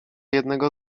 jednego